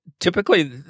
Typically